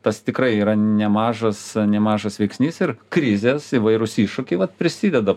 tas tikrai yra nemažas nemažas veiksnys ir krizės įvairūs iššūkiai vat prisideda